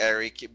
Eric